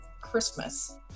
Christmas